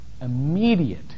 immediate